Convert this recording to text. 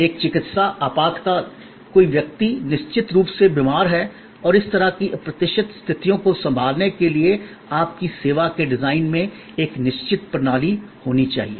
एक चिकित्सा आपातकाल कोई व्यक्ति निश्चित रूप से बीमार है और इस तरह की अप्रत्याशित स्थितियों को संभालने के लिए आपकी सेवा के डिजाइन में एक निश्चित प्रणाली होनी चाहिए